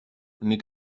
nik